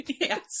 Yes